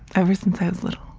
ever since i was little.